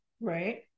Right